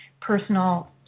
personal